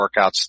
workouts